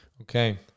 Okay